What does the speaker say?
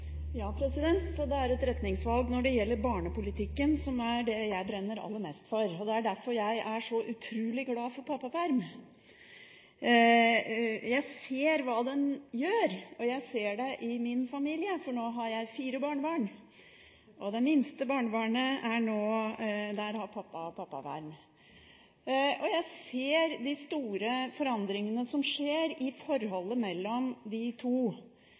retningsvalg når det gjelder barnepolitikken, som er det jeg brenner aller mest for. Det er derfor jeg er så utrolig glad for pappaperm. Jeg ser hva den gjør. Jeg ser det i min familie. Jeg har fire barnebarn, og for det minste barnebarnet har pappaen pappaperm. Jeg ser de store forandringene som skjer i forholdet mellom de to